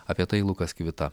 apie tai lukas kvita